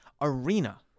arena